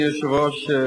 אדוני היושב-ראש,